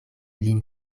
lin